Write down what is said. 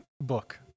book